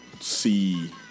see